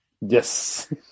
Yes